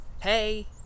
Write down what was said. hey